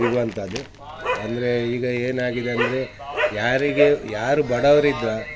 ಸಿಗೋಂಥದ್ದೆ ಅಂದರೆ ಈಗ ಏನಾಗಿದೆ ಅಂದರೆ ಯಾರಿಗೆ ಯಾರು ಬಡವ್ರಿದ್ರೋ